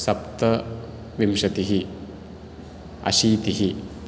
सप्तविंशतिः अशीतिः